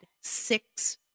six